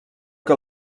que